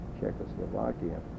Czechoslovakia